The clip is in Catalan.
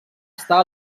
estar